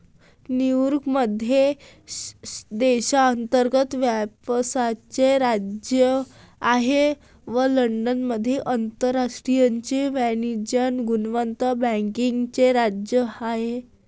New York मध्ये देशांतर्गत व्यवसायाचे राज्य आहे व लंडनमध्ये आंतरराष्ट्रीय वाणिज्य गुंतवणूक बँकिंगचे राज्य आहे